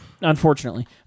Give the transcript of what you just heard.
Unfortunately